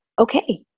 okay